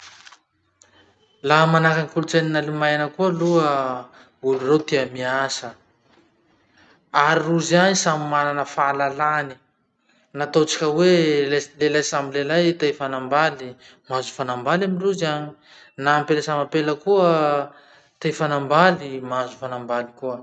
Laha manahaky kolotsainan'ny Allemagne koa aloha, olo reo tia miasa. Ary rozy any samy manana fahalalahany, na ataotsika hoe les lelahy samby lelahy te hifanambaly, mahazo mifanambaly amindrozy agny, na ampela samy ampela koa te hifanambaly mahazo mifanambaly koa.